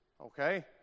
Okay